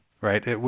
right